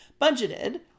budgeted